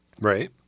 Right